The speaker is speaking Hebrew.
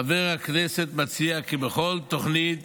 חבר הכנסת מציע כי בכל תוכנית